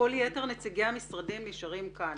כל יתר נציגי המשרדים נשארים כאן.